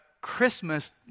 Christmas